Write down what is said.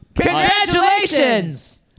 Congratulations